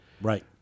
Right